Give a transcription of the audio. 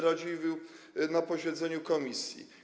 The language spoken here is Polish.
Radziwiłł na posiedzeniu komisji.